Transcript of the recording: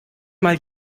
mal